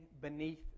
beneath